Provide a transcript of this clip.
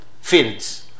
fields